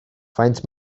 faint